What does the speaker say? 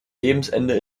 lebensende